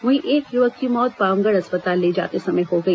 वहीं एक युवक की मौत पामगढ़ अस्पताल ले जाते समय हो गई